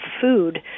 food